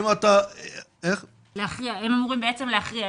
הם אמורים להכריע,